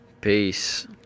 Peace